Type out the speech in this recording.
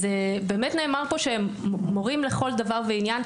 באמת נאמר פה שהם מורים לכל דבר ועניין,